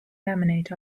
laminate